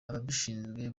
ababishinzwe